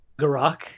Garak